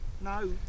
No